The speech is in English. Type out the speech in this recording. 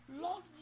Lord